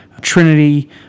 Trinity